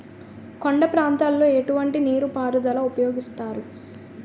కొండ ప్రాంతాల్లో ఎటువంటి నీటి పారుదల ఉపయోగిస్తారు?